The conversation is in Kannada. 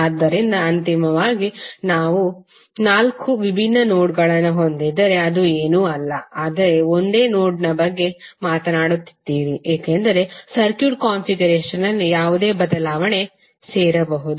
ಆದ್ದರಿಂದ ಅಂತಿಮವಾಗಿ ನೀವು ನಾಲ್ಕು ವಿಭಿನ್ನ ನೋಡ್ಗಳನ್ನು ಹೊಂದಿದ್ದರೆ ಅದು ಏನೂ ಅಲ್ಲ ಆದರೆ ಒಂದೇ ನೋಡ್ ಬಗ್ಗೆ ಮಾತನಾಡುತ್ತಿದ್ದೀರಿ ಏಕೆಂದರೆ ಸರ್ಕ್ಯೂಟ್ ಕಾನ್ಫಿಗರೇಶನ್ನಲ್ಲಿ ಯಾವುದೇ ಬದಲಾವಣೆಯಿಲ್ಲದೆ ಸೇರಬಹುದು